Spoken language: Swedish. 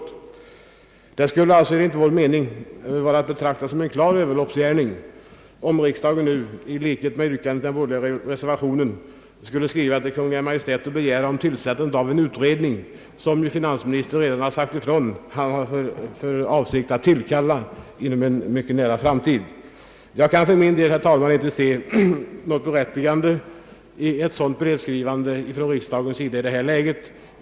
Det skulle enligt vår mening vara att betrakta som en klar överloppsgärning om riksdagen nu, i överensstämmelse med den borgerliga reservationen, skulle skriva till Kungl. Maj:t om tillsättning av en utredning som finansministern redan sagt sig vilja tillkalla inom en nära framtid. Jag kan för min del inte se något berättigande i ett sådant brevskrivande ifrån riksdagens sida i detta läge.